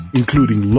including